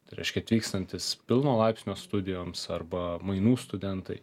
tai reiškia atvykstantys pilno laipsnio studijoms arba mainų studentai